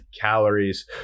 calories